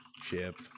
chip